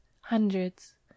hundreds